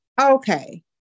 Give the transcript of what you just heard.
Okay